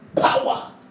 power